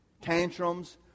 Tantrums